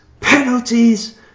Penalties